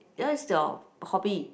what is your hobby